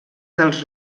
dels